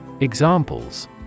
Examples